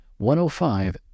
105